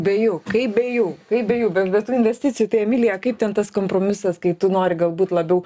be jų kaip bei jų kaip be jų be be tų investicijų tai emilija kaip ten tas kompromisas kai tu nori galbūt labiau